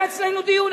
והיה אצלנו דיון.